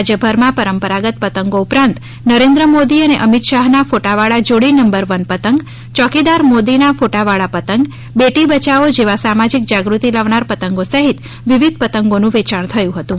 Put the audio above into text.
રાજ્યભરમાં પરંપરાગત પતંગો ઉપરાંત નરેન્દ્ર મોદી અને અમિત શાહના ફાટોવાળા જોડી નંબર વન પતંગ ચોકીદાર મોદીના ફોટાવાળા પતંગ બેટી બચાવો જેવા સામાજિક જાગૃતિ લાવનાર પતંગો સહિત વિવિધ પતંગોનું વેચાણ થયું હતું